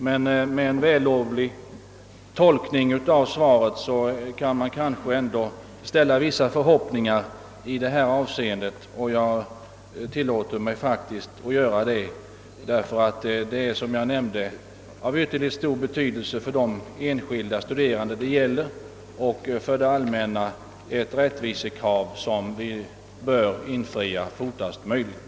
Men med en positiv tolkning av svaret kan man kanske ändå ställa vissa förhoppningar i detta avseende, och jag tillåter mig faktiskt att göra det. Som jag nämnde är detta av ytterligt stor betydelse för de enskilda studerande som berörs, och för det allmänna är det ett rättvisekrav som vi bör tillgodose fortast möjligt.